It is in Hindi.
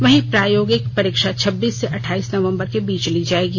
वहीं प्रायोगिक परीक्षा छब्बीस से अठाईस नवंबर के बीच ली जायेगी